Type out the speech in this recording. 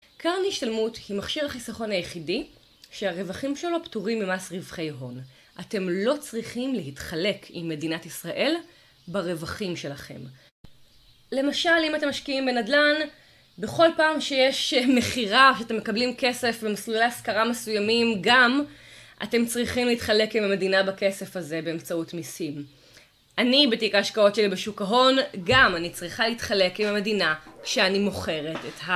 קרן השתלמות היא מכשיר החיסכון היחידי שהרווחים שלו פטורים ממס רווחי הון. אתם לא צריכים להתחלק עם מדינת ישראל ברווחים שלכם. למשל, אם אתם משקיעים בנדלן, בכל פעם שיש מכירה, שאתם מקבלים כסף במסלולי השכרה מסוימים גם אתם צריכים להתחלק עם המדינה בכסף הזה באמצעות מיסים. אני בתיק ההשקעות שלי בשוק ההון גם אני צריכה להתחלק עם המדינה כשאני מוכרת את ה...